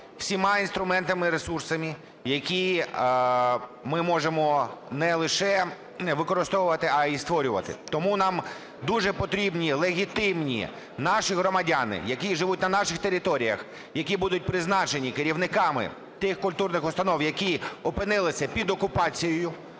всіма інструментами і ресурсами, які ми можемо не лише використовувати, а і створювати. Тому нам дуже потрібні легітимні наші громадяни, які живуть на наших територіях, які будуть призначені керівниками тих культурних установ, які опинилися під окупацією,